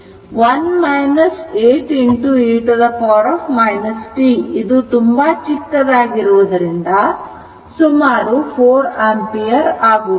1 8 e t ಇದು ತುಂಬಾ ಚಿಕ್ಕದಾಗಿರುವುದರಿಂದ ಸುಮಾರು 4 ampere ಆಗುತ್ತದೆ